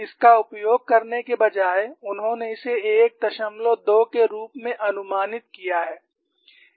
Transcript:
इसका उपयोग करने के बजाय उन्होंने इसे 12 के रूप में अनुमानित किया है